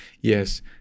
Yes